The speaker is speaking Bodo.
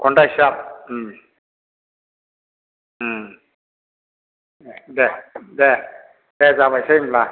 घन्टा हिसाब ए दे दे दे जाबायसै होम्बा